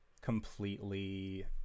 completely